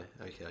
okay